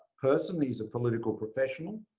person. he's a political professional.